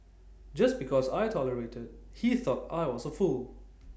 just because I tolerated he thought I was A fool